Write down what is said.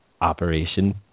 Operation